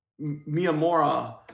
Miyamura